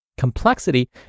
complexity